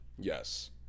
Yes